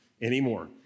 anymore